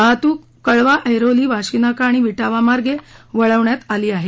वाहतुक कळवा एरोली वाशी नाका अणि विटावा मार्गे वळवण्यात आली आहे